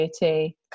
beauty